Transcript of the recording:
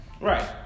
Right